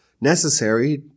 necessary